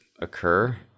occur